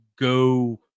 go